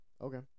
Okay